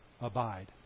abide